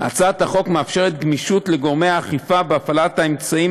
הצעת החוק מאפשרת גמישות לגורמי האכיפה בהפעלת האמצעים